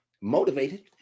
motivated